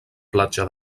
platja